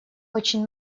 очень